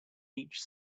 each